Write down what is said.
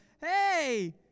Hey